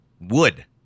Wood